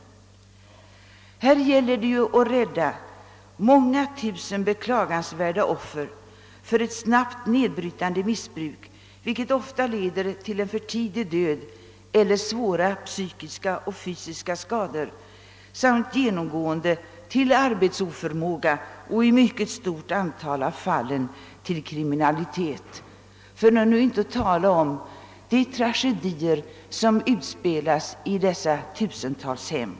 Här gäller det ju att rädda många tusen beklagansvärda offer från ett snabbt nedbrytande missbruk, vilket ofta 1leder till för tidig död eller svåra psykiska och fysiska skador samt genomgående till arbetsoförmåga och i ett mycket stort antal av fallen till kriminalitet — för att nu inte tala om de tragedier som utspelas i tusentals hem.